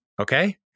Okay